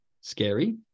scary